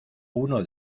uno